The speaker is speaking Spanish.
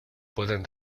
pueden